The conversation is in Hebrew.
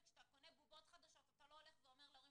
וכשאתה קונה בובות חדשות אתה לא הולך ואומר להורים